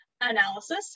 analysis